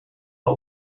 but